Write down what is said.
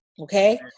Okay